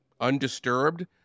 undisturbed